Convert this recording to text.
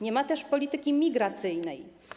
Nie ma też polityki migracyjnej.